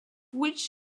which